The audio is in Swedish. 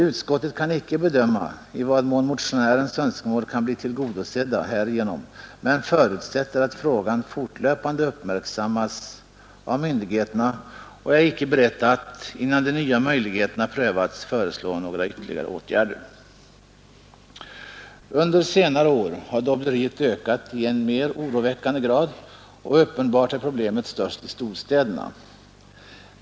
Utskottet kan icke bedöma i vad mån motionärens önskemål kan bli tillgodosedda härigenom men förutsätter att frågan fortlöpande uppmärksammas av myndigheterna och är icke berett att, innan de nya möjligheterna prövats, föreslå några ytterligare åtgärder.” Under senare år har dobbleriet ökat i än mer oroväckande grad och uppenbart är problemet störst i storstäderna.